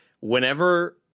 Whenever